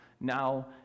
now